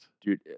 dude